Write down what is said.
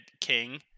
king